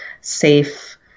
safe